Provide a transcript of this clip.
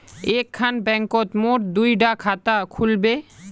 एक खान बैंकोत मोर दुई डा खाता खुल बे?